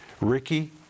Ricky